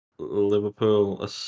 Liverpool